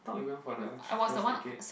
I thought we went for the cheapest ticket